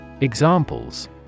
Examples